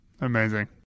Amazing